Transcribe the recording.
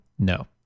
No